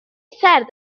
سرد